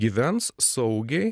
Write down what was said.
gyvens saugiai